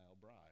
bride